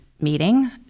meeting